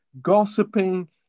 gossiping